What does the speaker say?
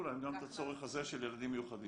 להם גם את הצורך הזה של ילדים מיוחדים.